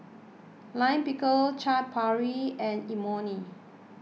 Lime Pickle Chaat Papri and Imoni